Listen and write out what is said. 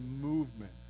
movement